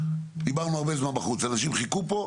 דיברנו הרבה זמן בחוץ ואנשים חיכו פה,